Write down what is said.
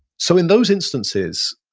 so in those instances,